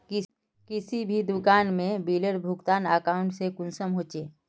किसी भी दुकान में बिलेर भुगतान अकाउंट से कुंसम होचे?